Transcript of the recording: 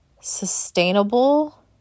sustainable